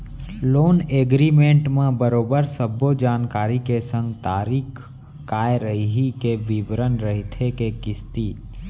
loan agreement म बरोबर सब्बो जानकारी के संग तारीख काय रइही के बिबरन रहिथे के किस्ती